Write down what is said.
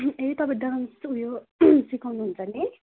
ए तपाईँ डान्स उयो सिकाउनुहुन्छ नि